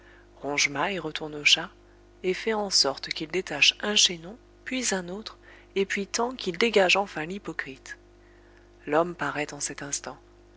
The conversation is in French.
ronge-maille retourne au chat et fait en sorte qu'il détache un chaînon puis un autre et puis tant qu'il dégage enfin l'hypocrite l'homme paraît en cet instant